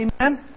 Amen